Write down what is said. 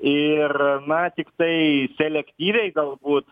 ir na tiktai selektyviai galbūt